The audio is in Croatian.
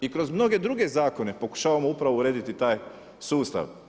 I kroz mnoge druge zakone pokušavamo upravo urediti taj sustav.